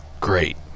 great